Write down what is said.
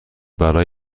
برای